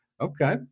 Okay